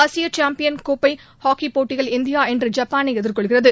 ஆசியசாம்பியன் கோப்பைஹாக்கிபோட்டியில் இந்தியா இன்று ஜப்பானைஎதிர்கொள்கிறது